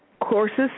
courses